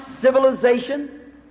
civilization